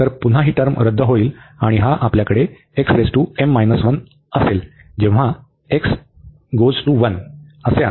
तर पुन्हा ही टर्म रद्द होईल आणि हा आपल्याकडे असेल जेव्हा x → 1